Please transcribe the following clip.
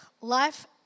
life